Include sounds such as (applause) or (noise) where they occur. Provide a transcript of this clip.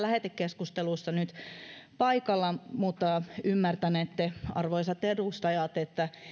(unintelligible) lähetekeskustelussa nyt paikalla mutta ymmärtänette arvoisat edustajat että